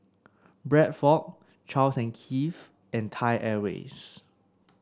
Bradford Charles and Keith and Thai Airways